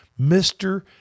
Mr